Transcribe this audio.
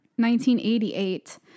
1988